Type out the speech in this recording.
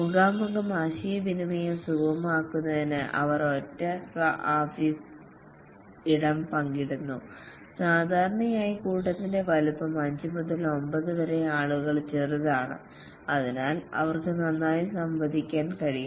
മുഖാമുഖം ആശയവിനിമയം സുഗമമാക്കുന്നതിന് അവർ ഒരൊറ്റ ആഫീസ് ഇടം പങ്കിടുന്നു സാധാരണയായി കൂട്ടത്തിന്റെ വലുപ്പം 5 മുതൽ 9 വരെ ആളുകൾ ആണ് അതിനാൽ അവർക്ക് നന്നായി സംവദിക്കാൻ കഴിയും